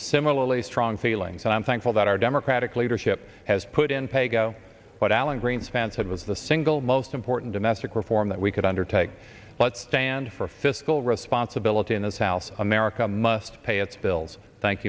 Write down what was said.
similarly strong feelings and i'm thankful that our democratic leadership has put in paygo what alan greenspan said was the single most important domestic reform that we could undertake let's stand for fiscal responsibility in the south america must pay its bills thank